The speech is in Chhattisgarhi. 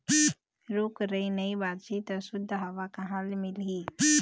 रूख राई नइ बाचही त सुद्ध हवा कहाँ ले मिलही